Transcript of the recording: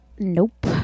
Nope